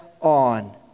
on